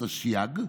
התשי"ג,